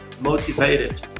motivated